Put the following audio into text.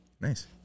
Nice